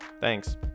Thanks